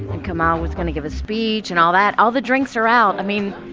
and kemal was going to give a speech and all that. all the drinks are out. i mean,